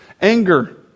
Anger